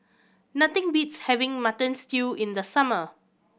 nothing beats having Mutton Stew in the summer